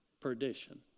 perdition